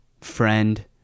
friend